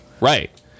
Right